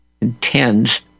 intends